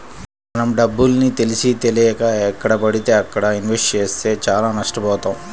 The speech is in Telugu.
మనం డబ్బుని తెలిసీతెలియక ఎక్కడబడితే అక్కడ ఇన్వెస్ట్ చేస్తే చానా నష్టబోతాం